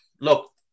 look